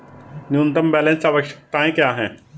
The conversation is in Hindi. न्यूनतम बैलेंस आवश्यकताएं क्या हैं?